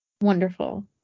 wonderful